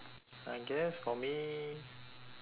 I guess for me